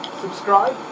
subscribe